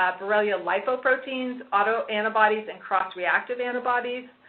ah borrelia lipoproteins, autoantibodies, and cross-reactive antibodies?